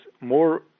more